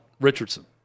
Richardson